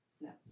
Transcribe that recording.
No